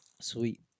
Sweet